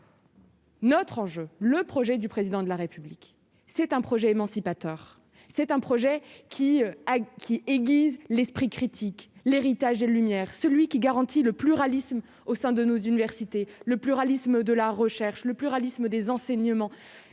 Notre enjeu le projet du président de la République, c'est un projet émancipateur, c'est un projet qui a qui aiguise l'esprit critique l'héritage des Lumières, celui qui garantit le pluralisme au sein de nos universités le pluralisme de la recherche, le pluralisme des enseignements